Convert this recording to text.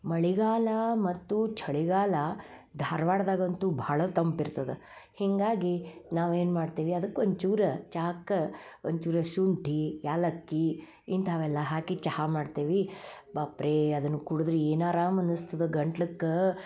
ಮಳಿಗಾಲ ಮತ್ತು ಚಳಿಗಾಲ ಧಾರ್ವಾಡ್ದಗಂತೂ ಭಾಳ ತಂಪಿರ್ತದೆ ಹೀಗಾಗಿ ನಾವೇನು ಮಾಡ್ತೀವಿ ಅದಕ್ಕೆ ಒಂಚೂರು ಚಾಹಕ್ಕೆ ಒಂಚೂರು ಶುಂಠಿ ಏಲಕ್ಕಿ ಇಂಥವೆಲ್ಲ ಹಾಕಿ ಚಹಾ ಮಾಡ್ತೇವಿ ಬಪ್ರೇ ಅದನ್ನ ಕುಡ್ದ್ರೆ ಏನು ಅರಾಮನಸ್ತದ ಗಂಟ್ಲಕ್ಕೆ